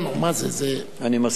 אני מסכים.